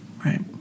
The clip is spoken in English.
Right